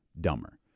dumber